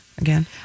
again